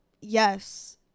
Yes